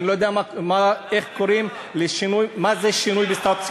אני לא יודע מה זה שינוי בסטטוס-קוו.